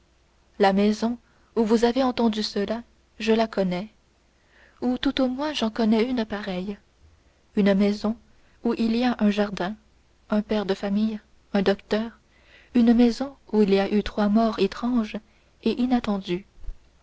la maison où vous avez entendu cela je la connais ou tout au moins j'en connais une pareille une maison où il y a un jardin un père de famille un docteur une maison où il y a eu trois morts étranges et inattendues